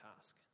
task